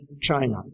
China